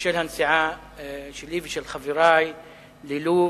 בשל הנסיעה שלי ושל חברי ללוב,